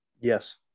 Yes